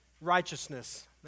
righteousness